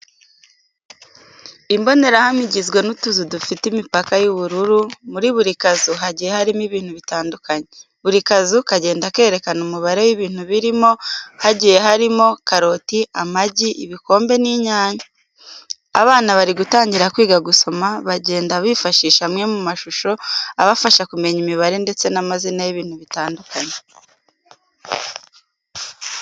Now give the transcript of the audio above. Imbonerahamwe igizwe n’utuzu dufite imipaka y'ubururu, muri buri kazu hagiye harimo ibintu bitandukanye. Buri kazu kagenda kerekana umubare w'ibintu birimo, hagiye harimo: karoti, amagi, ibikombe n'inyanya. Abana bari gutangira kwiga gusoma bagenda bifashisha amwe mu mashusho abafasha kumenya imibare ndetse n'amazina y'ibintu bitandukanye.